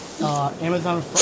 Amazon